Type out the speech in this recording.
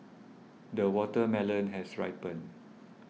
the watermelon has ripened